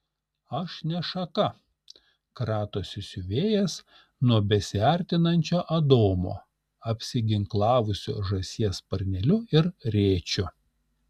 aš ne šaka kratosi siuvėjas nuo besiartinančio adomo apsiginklavusio žąsies sparneliu ir rėčiu